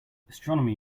astronomy